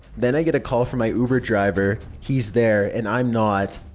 then i get a call from my uber driver. he's there, and i'm not.